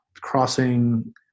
crossing